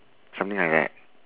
something like that